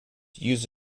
use